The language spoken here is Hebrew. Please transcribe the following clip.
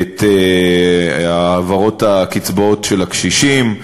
בהעברות הקצבאות של הקשישים.